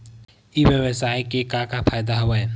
ई व्यवसाय के का का फ़ायदा हवय?